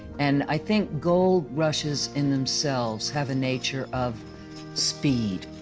and, i think gold rushes in themselves have a nature of speed.